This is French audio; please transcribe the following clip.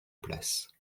place